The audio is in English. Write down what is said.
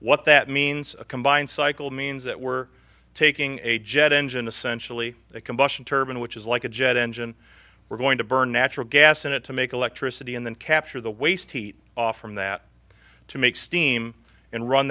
what that means a combined cycle means that we're taking a jet engine essentially a combustion turban which is like a jet engine we're going to burn natural gas in it to make electricity and then capture the waste heat off from that to make steam and run